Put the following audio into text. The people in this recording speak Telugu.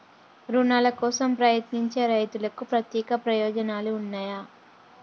రుణాల కోసం ప్రయత్నించే రైతులకు ప్రత్యేక ప్రయోజనాలు ఉన్నయా?